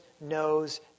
knows